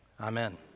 Amen